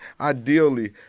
Ideally